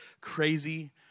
crazy